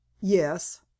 yes